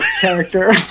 character